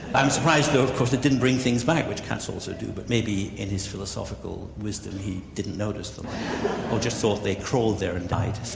i'm surprised though of course it didn't bring things back, which cats also do, but maybe in his philosophical wisdom he didn't notice them. or just thought they'd crawled there and died